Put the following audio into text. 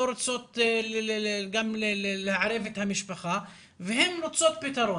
הן לא רוצות גם לערב את המשפחה והן רוצות פתרון,